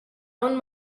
own